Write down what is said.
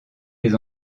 les